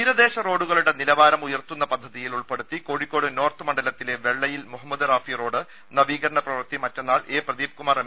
തീരദേശ റോഡുകളുടെ നിലവാരം ഉയർത്തുന്ന പദ്ധതിയിൽ ഉൾപ്പെടുത്തി കോഴിക്കോട് നോർത്ത് മണ്ഡലത്തിലെ വെള്ളയിൽ മുഹമ്മദ് റാഫി റോഡ് നവീകരണ പ്രവൃത്തി മറ്റന്നാൾ എ പ്രദീപ് കുമാർ എം